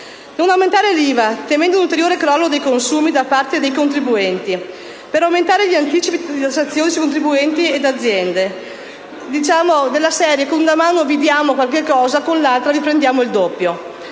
Non aumentare l'IVA, temendo un ulteriore crollo dei consumi da parte dei contribuenti, per aumentare gli anticipi di tassazione su contribuenti ed aziende: della serie, con una mano vi diamo qualcosa, con l'altra vi prendiamo il doppio!